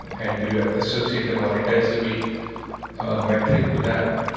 and do you ah associate a monetizable metric to that?